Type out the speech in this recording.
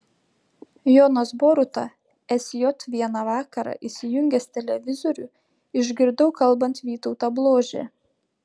jonas boruta sj vieną vakarą įsijungęs televizorių išgirdau kalbant vytautą bložę